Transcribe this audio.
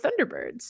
Thunderbirds